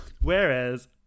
whereas